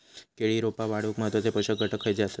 केळी रोपा वाढूक महत्वाचे पोषक घटक खयचे आसत?